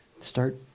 start